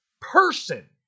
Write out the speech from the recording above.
person